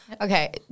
Okay